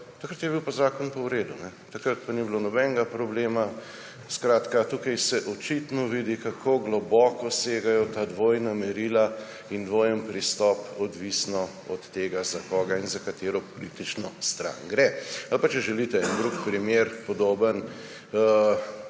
Takrat je bil pa zakon v redu, takrat pa ni bilo nobenega problema. Skratka, tukaj se očitno vidi, kako globoko segajo ta dvojna merila in dvojen pristop, odvisno od tega, za koga in za katero politično stran gre. Ali pa, če želite en drug primer, podoben,